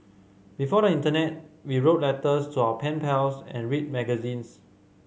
before the internet we wrote letters to our pen pals and read magazines